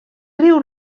riu